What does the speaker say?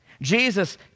Jesus